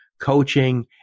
coaching